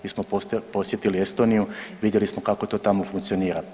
Mi smo posjetili Estoniju, vidjeli smo kako to tamo funkcionira.